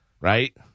Right